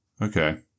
Okay